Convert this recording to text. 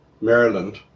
Maryland